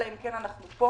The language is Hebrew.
אלא אם כן אנחנו פה